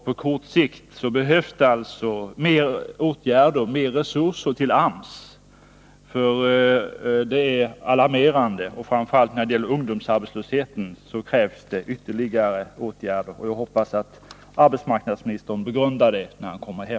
På kort sikt behövs det alltså mera av åtgärder och av resurser till AMS. Framför allt när det gäller ungdomsarbetslösheten krävs det ytterligare åtgärder. Jag hoppas att arbetsmarknadsministern begrundar det när han kommer hem.